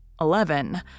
Eleven